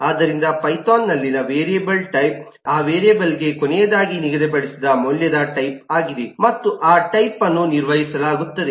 ಆದ್ದರಿಂದ ಪೈಥಾನ್ ನಲ್ಲಿನ variable type ಆ ವೇರಿಯೇಬಲ್ಗೆ ಕೊನೆಯದಾಗಿ ನಿಗದಿಪಡಿಸಿದ ಮೌಲ್ಯದ ಟೈಪ್ ಆಗಿದೆ ಮತ್ತು ಆ ಟೈಪ್ ಅನ್ನು ನಿರ್ವಹಿಸಲಾಗುತ್ತದೆ